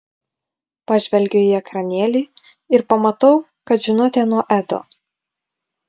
pažvelgiu į ekranėlį ir pamatau kad žinutė nuo edo